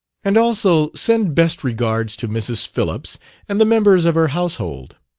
and also send best regards to mrs. phillips and the members of her household.